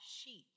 sheep